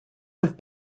have